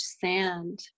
sand